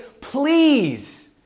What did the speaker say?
please